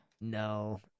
no